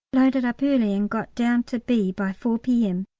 loaded up early and got down to b. by four p m.